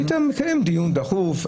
היית מקיים דיון דחוף.